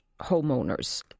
homeowners